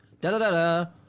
da-da-da-da